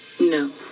No